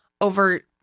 over